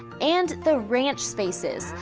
and the ranch spaces,